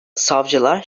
savcılar